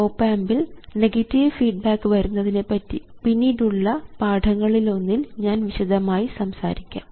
op ആമ്പിൽ negative feedback വരുന്നതിനെ പറ്റി പിന്നീടുള്ള പാഠങ്ങളിൽ ഒന്നിൽ ഞാൻ വിശദമായി സംസാരിക്കാം